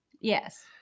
Yes